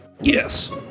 Yes